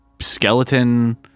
skeleton